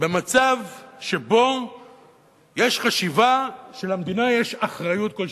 במצב שבו יש חשיבה שלמדינה יש אחריות כלשהי.